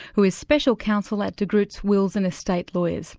who is special counsel at de groots wills and estate lawyers.